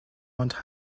ond